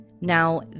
Now